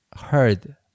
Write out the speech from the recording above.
heard